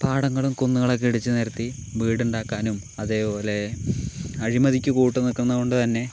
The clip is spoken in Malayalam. പാടങ്ങളും കുന്നുകളൊക്കെ ഇടിച്ചു നിരത്തി വീട് ഉണ്ടാക്കാനും അതേപോലെ അഴിമതിക്ക് കൂട്ടു നിൽക്കുന്നതുകൊണ്ട് തന്നെ